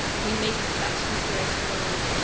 we meet such inspirational,